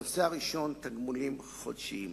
הנושא הראשון, תגמולים חודשיים.